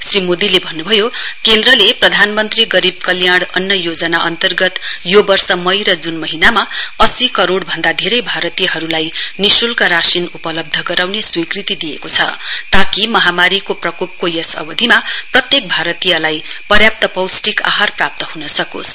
श्री मोदीले भन्न्भयो केन्द्रले प्रधानमन्त्री गरीब कल्याण अन्न योजना अन्तर्गत यो वर्ष मई र जून महीनामा अस्सी करोड भन्दा धेरै भारतीयहरूलाई निशुल्क राशिन उपलब्ध गराउने स्वीकति दिएको छ ताकि महामारीको प्रकोरको यस अवधिमा प्रत्येक भारतीयलाई पर्याप्त पौस्टिक आहार प्राप्त हन् सकोस्